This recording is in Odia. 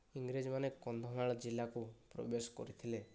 ଇଂରେଜ ମାନେ କନ୍ଧମାଳ ଜିଲ୍ଲାକୁ ପ୍ରବେଶ କରିଥିଲେ